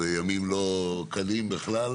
בימים לא קלים בכלל,